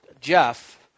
Jeff